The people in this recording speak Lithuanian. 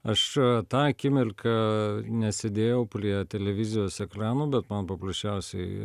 aš tą akimirką nesėdėjau prie televizijos ekranų bet man paprasčiausiai